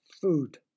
food